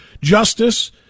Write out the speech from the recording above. Justice